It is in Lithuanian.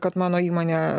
kad mano įmonė